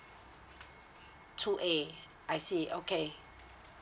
two A I see okay